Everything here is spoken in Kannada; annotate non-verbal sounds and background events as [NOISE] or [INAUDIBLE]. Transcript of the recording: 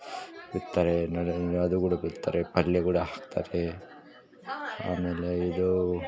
ಬಿತ್ತತ್ತಾರೆ [UNINTELLIGIBLE] ಅದು ಕೂಡ ಬಿತ್ತತ್ತಾರೆ ಪಲ್ಲೆ ಕೂಡ ಹಾಕ್ತಾರೆ ಆಮೇಲೆ ಇದು